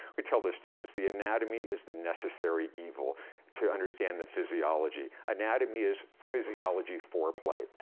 we tell the students, the anatomy is the necessary evil to understand the physiology. anatomy is physiology foreplay.